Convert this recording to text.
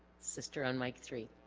sister on mic three